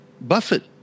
Buffett